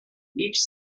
each